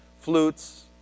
flutes